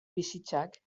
bizitzak